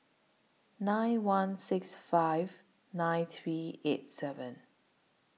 nine one six five nine three eight seven